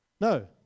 No